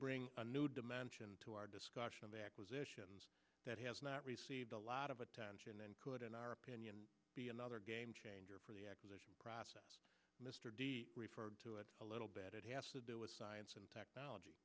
bring a new dimension to our discussion of acquisitions that has not received a lot of attention and could in our opinion be another game changer for the process mr referred to it a little bit it has to do with science and technology